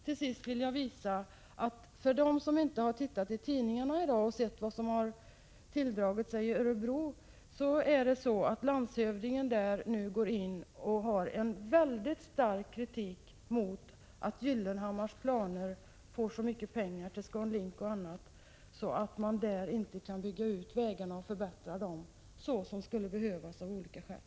Till sist vill jag berätta för dem som inte har läst tidningarna i dag och inte vet vad som har tilldragit sig i Örebro, att landshövdingen där nu går ut med stark kritik mot att Gyllenhammar får så mycket pengar till ScanLink och annat att man inte kan bygga ut och förbättra vägarna där så som av olika skäl skulle behövas.